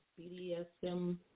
BDSM